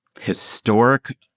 historic